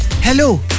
hello